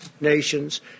nations